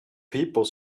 people